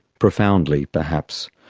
profoundly perhaps.